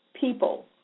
people